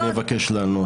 אז אני אבקש לענות.